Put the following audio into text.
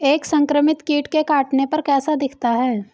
एक संक्रमित कीट के काटने पर कैसा दिखता है?